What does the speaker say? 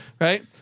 right